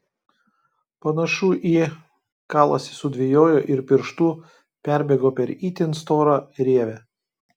panašu į kalasi sudvejojo ir pirštu perbėgo per itin storą rievę